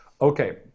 Okay